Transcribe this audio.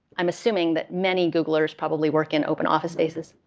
i'm assuming that many googlers probably work in open office spaces.